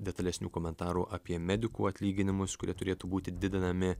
detalesnių komentarų apie medikų atlyginimus kurie turėtų būti didinami